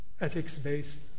ethics-based